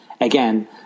Again